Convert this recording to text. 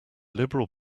liberal